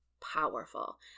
powerful